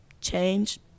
change